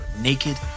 Naked